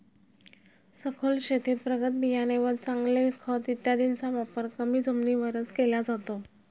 सखोल शेतीत प्रगत बियाणे व चांगले खत इत्यादींचा वापर कमी जमिनीवरच केला जातो